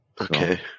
Okay